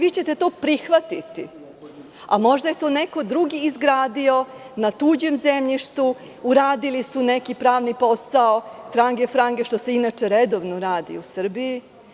Vi ćete to prihvatiti, a možda je to neko drugi izgradio na tuđem zemljištu, uradili su neki pravni posao trange-frange, što se inače redovno radi u Srbiji.